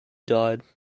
died